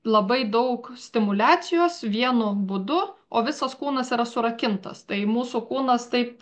labai daug stimuliacijos vienu būdu o visas kūnas yra surakintas tai mūsų kūnas taip